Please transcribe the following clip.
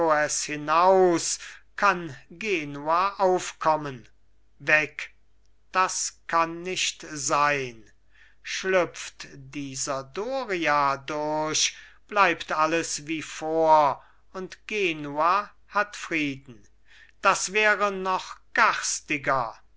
hinaus kann genua aufkommen weg das kann nicht sein schlüpft dieser doria durch bleibt alles wie vor und genua hat frieden das wäre noch garstiger